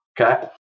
okay